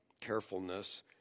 carefulness